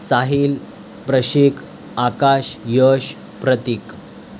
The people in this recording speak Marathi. साहिल प्रशिक आकाश यश प्रतीक